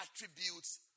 attributes